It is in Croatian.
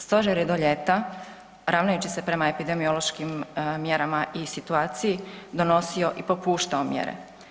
Stožer je do ljeta, ravnajući se prema epidemiološkim mjerama i situaciji, donosio i popuštao mjere.